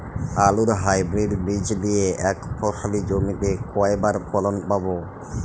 আলুর হাইব্রিড বীজ দিয়ে এক ফসলী জমিতে কয়বার ফলন পাব?